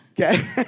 Okay